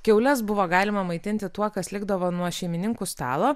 kiaules buvo galima maitinti tuo kas likdavo nuo šeimininkų stalo